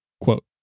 Quote